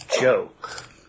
joke